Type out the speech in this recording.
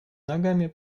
ногами